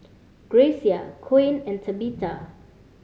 Grecia Coen and Tabitha